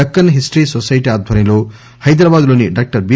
Deccan history society ఆధ్వర్యంలో హైదరాబాద్ లోని doctor B